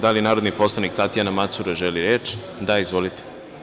Da li narodni poslanik Tatjana Macura želi reč? (Da) Izvolite.